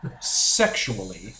Sexually